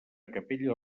capella